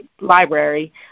library